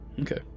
Okay